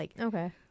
Okay